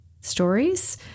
stories